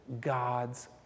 God's